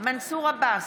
מנסור עבאס,